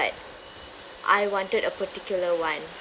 I wanted a particular one